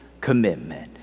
commitment